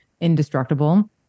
indestructible